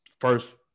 first